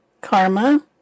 Karma